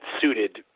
suited